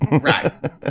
Right